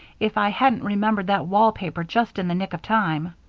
if i hadn't remembered that wall paper just in the nick of time.